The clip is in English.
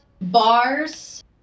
bars